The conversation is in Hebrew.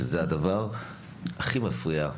וזה הדבר שהכי מפריע.